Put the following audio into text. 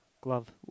Glove